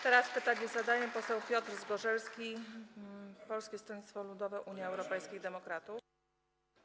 Teraz pytanie zadaje poseł Piotr Zgorzelski, Polskie Stronnictwo Ludowe - Unia Europejskich Demokratów.